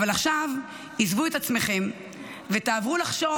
אבל עזבו עכשיו את עצמכם ותעברו לחשוב